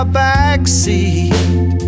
backseat